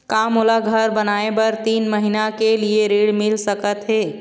का मोला घर बनाए बर तीन महीना के लिए ऋण मिल सकत हे?